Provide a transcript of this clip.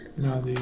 No